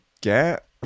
get